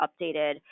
updated